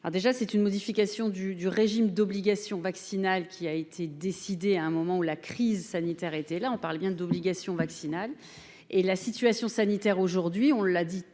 déjà c'est une modification du du régime d'obligation vaccinale qui a été décidé à un moment où la crise sanitaire été là, on parle bien d'obligation vaccinale et la situation sanitaire aujourd'hui, on l'a dit